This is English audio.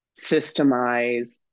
systemize